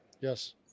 Yes